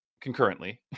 concurrently